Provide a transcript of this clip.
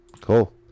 Cool